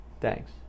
Thanks